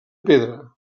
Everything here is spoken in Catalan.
pedra